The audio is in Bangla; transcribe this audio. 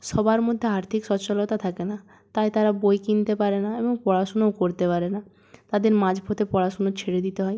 সবার মধ্যে আর্থিক সচ্ছলতা থাকে না তাই তারা বই কিনতে পারে না এবং পড়াশুনোও করতে পারে না তাদের মাঝ পথে পড়াশুনো ছেড়ে দিতে হয়